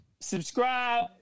subscribe